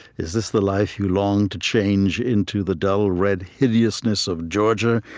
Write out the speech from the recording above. is this the life you long to change into the dull red hideousness of georgia?